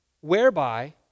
whereby